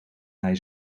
hij